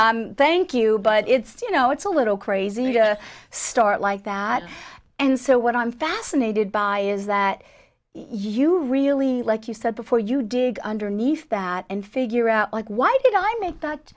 i thank you but it's you know it's a little crazy to start like that and so what i'm fascinated by is that you really like you said before you dig underneath that and figure out like why did i make that